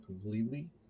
completely